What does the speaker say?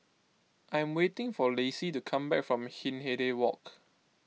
I'm waiting for Laci to come back from Hindhede Walk